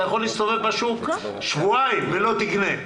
יכול להסתובב בשוק שבועיים ולא תקנה.